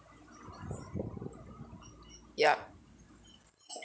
ya